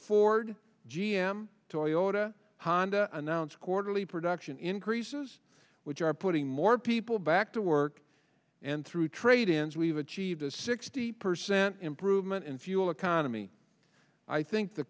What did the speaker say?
ford g m toyota honda announced quarterly production increases which are putting more people back to work and through trade ins we've achieved a sixty percent improvement in fuel economy i think the